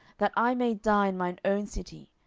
that i may die in mine own city,